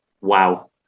wow